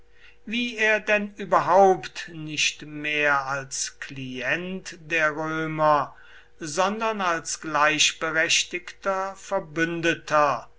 wie er denn überhaupt nicht mehr als klient der römer sondern als gleichberechtigter verbündeter